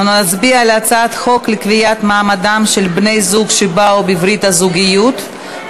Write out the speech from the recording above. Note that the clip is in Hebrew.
אנחנו נצביע על הצעת חוק לקביעת מעמדם של בני-זוג שבאו בברית הזוגיות,